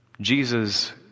Jesus